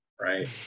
right